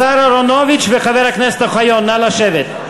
השר אהרונוביץ וחבר הכנסת אוחיון, נא לשבת.